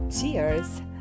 Cheers